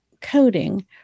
coding